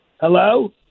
hello